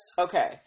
Okay